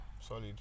Solid